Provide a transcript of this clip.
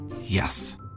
Yes